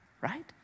right